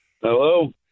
Hello